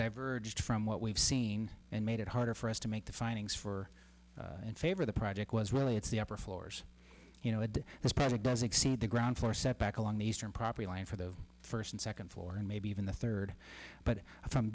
diverged from what we've seen and made it harder for us to make the findings for in favor of the project was really it's the upper floors you know at this point it does exceed the ground floor setback along the eastern property line for the first and second floor and maybe even the third but from